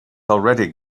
already